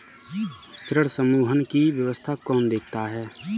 ऋण समूहन की व्यवस्था कौन देखता है?